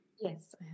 Yes